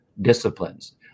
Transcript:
disciplines